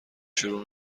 شروع